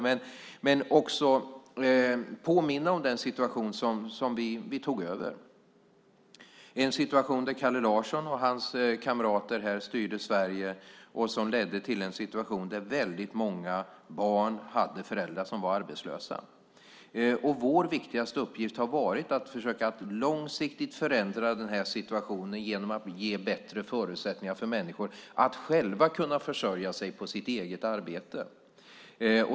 Jag vill samtidigt påminna om den situation som rådde när vi tog över, en situation där Kalle Larsson och hans kamrater styrde Sverige. Den ledde till att många barn hade föräldrar som var arbetslösa. Vår viktigaste uppgift har varit att långsiktigt förändra den situationen genom att ge bättre förutsättningar för människor att kunna försörja sig på eget arbete.